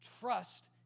trust